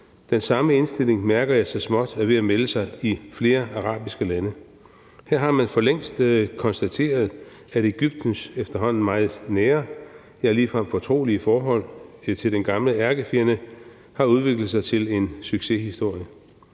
Den samme indstilling mærker han så småt er ved at melde sig i flere arabiske lande. Her har man for længst konstateret, at Egyptens efterhånden meget nære, ja, ligefrem fortrolige forhold til den gamle ærkefjende har udviklet sig til en succeshistorie.